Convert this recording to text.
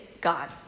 God